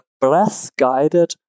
breath-guided